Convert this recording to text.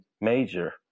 major